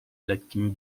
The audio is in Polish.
lekkim